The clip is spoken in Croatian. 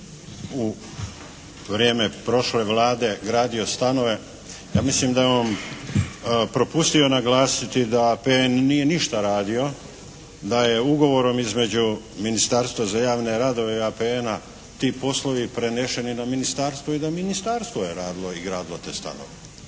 u vrijeme prošle Vlade gradio stanove. Ja mislim da je on propustio naglasiti da APN nije ništa radio. Da je ugovorom između Ministarstva za javne radove i APN-a ti poslovi prenešeni na Ministarstvo i da Ministarstvo je radilo i gradilo te stanove.